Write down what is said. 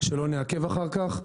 כדי שלא נעכב אחר כך,